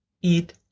eat